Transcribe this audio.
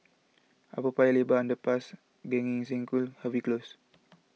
Upper Paya Lebar Underpass Gan Eng Seng School Harvey Close